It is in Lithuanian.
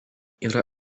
yra